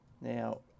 Now